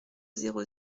zéro